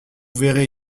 verrez